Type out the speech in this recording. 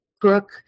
Brooke